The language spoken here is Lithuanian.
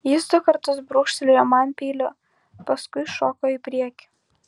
jis du kartus brūkštelėjo man peiliu paskui šoko į priekį